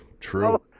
True